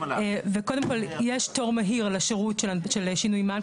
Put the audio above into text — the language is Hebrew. וקודם כל יש תור מהיר לשירות של שינוי מען,